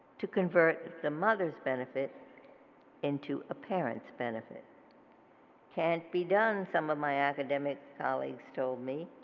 to convert the mother's benefit into a parent's benefit can't be done some of my academic colleagues told me.